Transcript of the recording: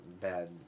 bad